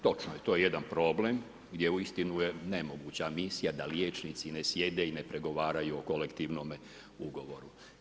Točno je to je jedan problem gdje uistinu je nemoguća misija, da liječnici ne sjede i ne pregovaraju o kolektivnome ugovoru.